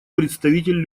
представитель